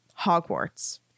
Hogwarts